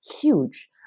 huge